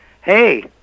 Hey